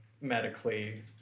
medically